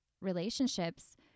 relationships